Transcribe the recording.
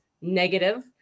negative